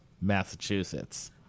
Massachusetts